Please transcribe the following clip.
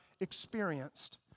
experienced